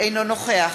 אינו נוכח